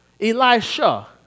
Elisha